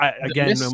again